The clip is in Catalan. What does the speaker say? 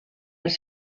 els